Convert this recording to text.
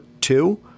two